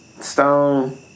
Stone